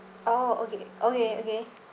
oh okay okay okay